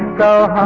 go